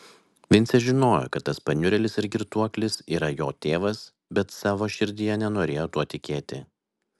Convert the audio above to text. vincė žinojo kad tas paniurėlis ir girtuoklis yra jo tėvas bet savo širdyje nenorėjo tuo tikėti